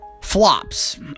flops